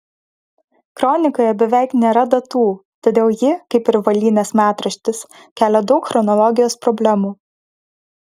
kronikoje beveik nėra datų todėl ji kaip ir volynės metraštis kelia daug chronologijos problemų